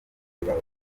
baba